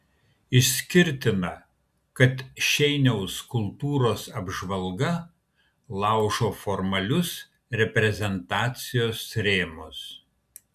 išskirtina kad šeiniaus kultūros apžvalga laužo formalius reprezentacijos rėmus